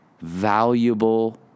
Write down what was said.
valuable